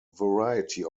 variety